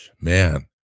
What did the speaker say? Man